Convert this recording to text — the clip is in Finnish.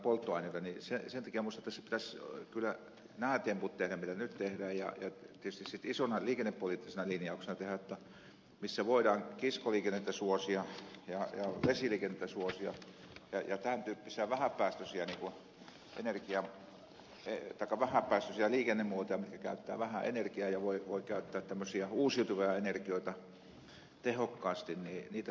sen takia minusta tässä pitäisi kyllä nämä temput tehdä mitä nyt tehdään ja tietysti sitten isona liikennepoliittisena linjauksena tehdä se että missä voidaan kiskoliikennettä suosia ja vesiliikennettä suosia ja tämän tyyppisiä vähäpäästöisiä liikennemuotoja mitkä käyttävät vähän energiaa ja voivat käyttää tämmöisiä uusiutuvia energioita tehokkaasti niitä suositaan